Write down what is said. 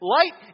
Light